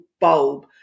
bulb